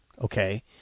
Okay